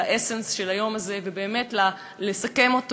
ל-essence של היום הזה ובאמת לסכם אותו